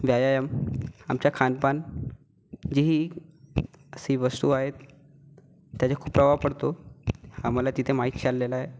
व्यायाम आमच्या खानपान जीही अशी वस्तू आहेत त्याचा खूप प्रभाव पडतो आम्हाला तिथं माहीत चाललेलं आहे